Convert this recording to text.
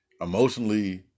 emotionally